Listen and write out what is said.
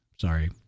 sorry